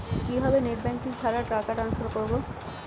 কিভাবে net banking ছাড়া টাকা টান্সফার করব?